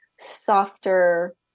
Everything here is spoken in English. Softer